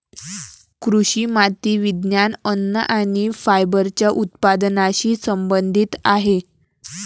कृषी माती विज्ञान, अन्न आणि फायबरच्या उत्पादनाशी संबंधित आहेत